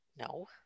No